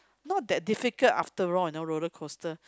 not that difficult after all you know roller coaster